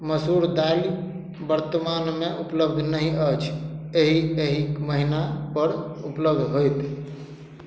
मसूर दालि वर्तमानमे उपलब्ध नहि अछि एहि एहि महीना पर उपलब्ध होयत